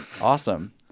awesome